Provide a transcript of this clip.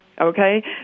Okay